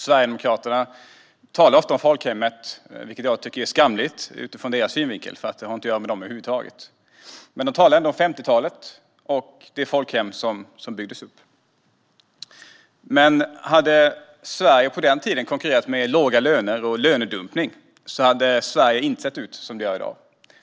Sverigedemokraterna talar ofta om folkhemmet, vilket jag tycker är skamligt - det har ingenting att göra med dem över huvud taget. Men de talar om 50-talet och det folkhem som byggdes upp. Om Sverige på den tiden hade konkurrerat med låga löner och lönedumpning hade Sverige inte sett ut som det gör i dag.